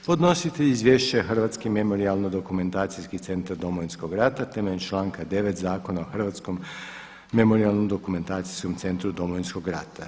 Podnositelj izvješća je Hrvatski-memorijalno dokumentacijski centar Domovinskog rata temeljem članka 9. Zakona o Hrvatskom memorijalno-dokumentacijskom centru Domovinskog rata.